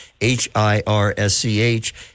H-I-R-S-C-H